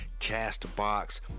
Castbox